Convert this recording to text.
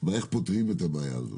הבעיה הזאת.